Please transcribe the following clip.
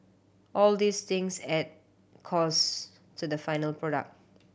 all these things add costs to the final product